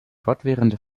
fortwährende